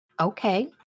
okay